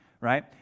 right